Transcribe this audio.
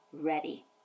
ready